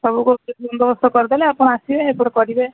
ସବୁ ପ୍ରକାର ବନ୍ଦୋବସ୍ତ କରିଦେଲେ ଆପଣ ଆସିବେ ଏପଟେ କରିବେ